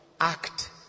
act